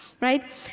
Right